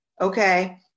okay